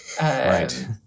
Right